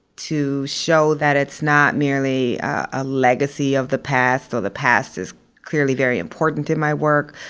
to show that it's not merely a legacy of the past, though the past is clearly very important in my work,